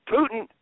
Putin